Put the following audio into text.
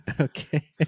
Okay